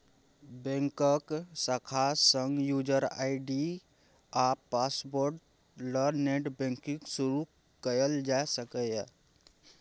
बैंकक शाखा सँ युजर आइ.डी आ पासवर्ड ल नेट बैंकिंग शुरु कयल जा सकैए